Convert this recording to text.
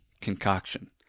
concoction